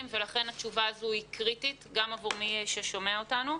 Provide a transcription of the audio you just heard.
ולכן התשובה הזאת היא קריטית גם עבור מי ששומע אותנו.